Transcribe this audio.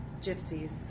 gypsies